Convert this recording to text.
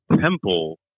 temple